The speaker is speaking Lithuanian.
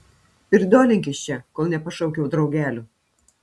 pirdolink iš čia kol nepašaukiau draugelių